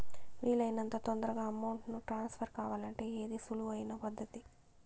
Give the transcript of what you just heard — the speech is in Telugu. వీలు అయినంత తొందరగా అమౌంట్ ను ట్రాన్స్ఫర్ కావాలంటే ఏది సులువు అయిన పద్దతి